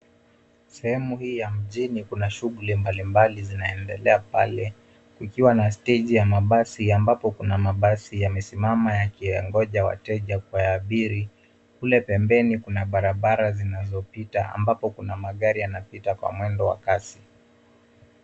Sehemu hii ya mjini kuna shughuli mbali mbali zinaendelea pale kukiwa na steji ya mabasi ambapo kuna mabasi yamesimama yakiyangoja wateja kuyaabiri. Kule pembeni kuna barabara zinazopita ambapo kuna magari yanapita kwa mwendo wa kasi.